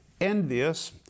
envious